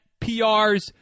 PRs